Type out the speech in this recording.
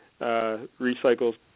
recycles